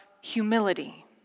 humility